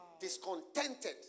Discontented